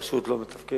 הרשות לא מתפקדת,